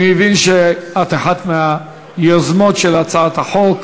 אני מבין שאת אחת מהיוזמים של הצעת החוק.